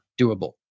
doable